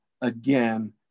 again